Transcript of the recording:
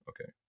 okay